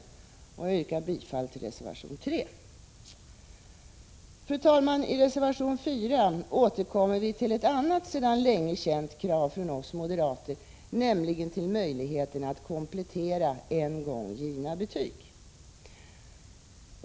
Jag yrkar därmed bifall till reservation 3. Fru talman! I reservation 4 återkommer vi till ett annat sedan länge känt krav från oss moderater, nämligen till möjligheterna att komplettera en gång givna betyg.